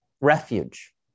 refuge